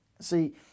See